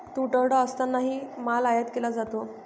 तुटवडा असतानाही माल आयात केला जातो